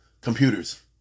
computers